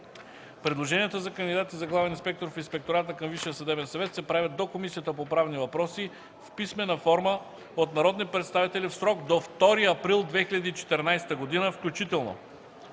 Предложенията за кандидати за главен инспектор в Инспектората към Висшия съдебен съвет се правят до Комисията по правни въпроси в писмена форма от народни представители в срок до 2 април 2014 г. включително.